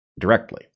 directly